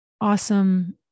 awesome